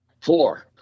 Four